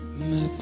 me